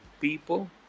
people